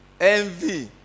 Envy